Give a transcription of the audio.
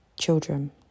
children